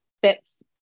fits